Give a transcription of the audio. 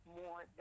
more